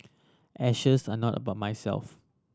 ashes are not about myself